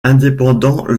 indépendant